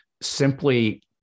simply